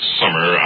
summer